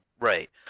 right